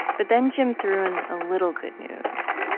but then, jim threw in a little good news.